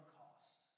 cost